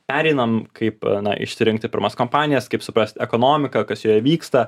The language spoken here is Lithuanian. pereinam kaip na išsirinkti pirmas kompanijas kaip suprast ekonomiką kas joje vyksta